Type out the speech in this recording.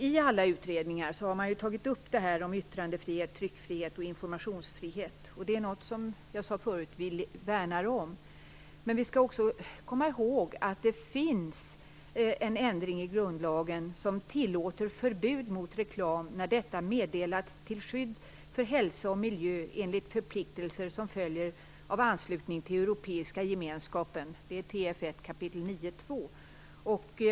I alla utredningar har man tagit upp detta om yttrandefrihet, tryckfrihet och informationsfrihet, och det värnar vi om, som jag sade förut. Men vi skall också komma ihåg att det finns en ändring i grundlagen som tillåter förbud mot reklam när detta meddelats till skydd för hälsa och miljö enligt förpliktelser som följer av anslutning till Europeiska gemenskaperna. Det står i TF 1 kap. 9 § 2.